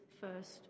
first